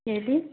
ಹೇಳಿ